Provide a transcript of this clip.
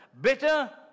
Bitter